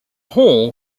hall